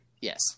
yes